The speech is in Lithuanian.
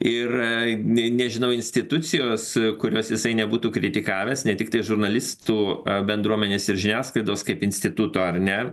ir nė nežinau institucijos kurios jisai nebūtų kritikavęs ne tiktai žurnalistų bendruomenės ir žiniasklaidos kaip instituto ar ne